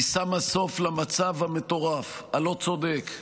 היא שמה סוף למצב המטורף, הלא צודק,